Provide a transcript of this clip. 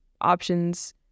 options